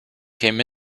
came